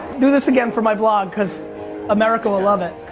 do this again for my vlog cause america will love it.